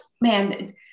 man